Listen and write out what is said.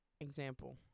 example